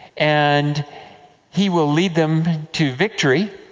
and he will lead them to victory.